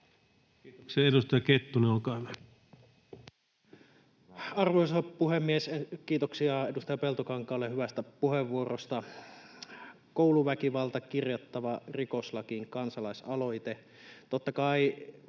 rikoslakiin Time: 21:46 Content: Arvoisa puhemies! Kiitoksia edustaja Peltokankaalle hyvästä puheenvuorosta. Kouluväkivalta kirjattava rikoslakiin ‑kansalaisaloite: